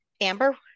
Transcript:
Amber